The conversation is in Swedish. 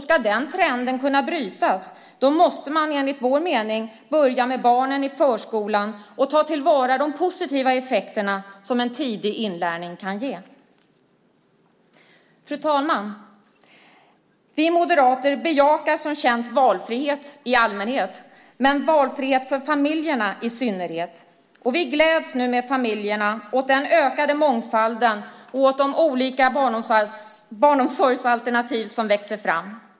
Ska den trenden brytas måste man enligt vår mening börja med barnen i förskolan och ta till vara de positiva effekter som en tidig inlärning kan ge. Fru talman! Vi moderater bejakar som känt valfrihet i allmänhet men valfrihet för familjerna i synnerhet, och vi gläds nu med familjerna åt den ökade mångfalden och åt de olika barnomsorgsalternativ som växer fram.